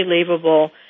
unbelievable